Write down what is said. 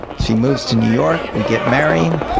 she moves to new york, we get married,